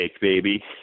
baby